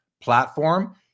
platform